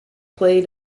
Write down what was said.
played